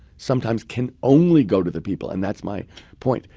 sometimes can only go to the people. and that's my point.